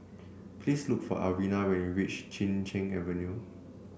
please look for Alvina when you reach Chin Cheng Avenue